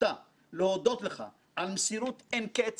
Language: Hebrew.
תודתי נתונה גם לכל ארגוני החברה האזרחית